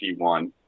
T1